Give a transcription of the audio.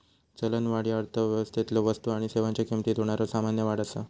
चलनवाढ ह्या अर्थव्यवस्थेतलो वस्तू आणि सेवांच्यो किमतीत होणारा सामान्य वाढ असा